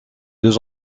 deux